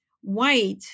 white